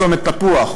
הר-חברון,